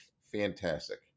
fantastic